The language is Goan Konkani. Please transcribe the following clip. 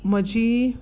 म्हजी